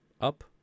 up